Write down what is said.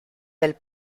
del